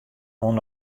oan